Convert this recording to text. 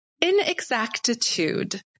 inexactitude